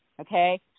okay